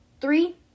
three